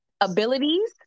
abilities